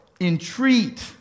entreat